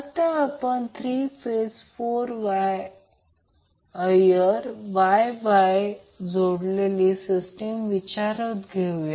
आता आपण 3 phase 4 wire Y Y जोडलेली सिस्टीम विचारात घेऊया